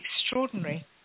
extraordinary